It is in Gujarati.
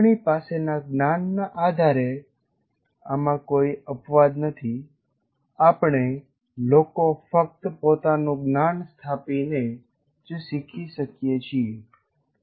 આપણી પાસેના જ્ઞાન ના આધારે આમાં કોઈ અપવાદ નથી આપણે લોકો ફક્ત પોતાનું જ્ઞાન સ્થાપીને જ શીખી શકીએ છીએ